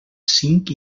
cinc